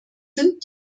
sind